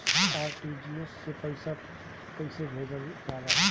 RTGS से पइसा कहे भेजल जाला?